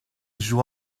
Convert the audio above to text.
joua